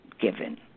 given